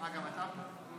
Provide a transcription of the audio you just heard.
אה, גם אתה פה.